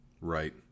Right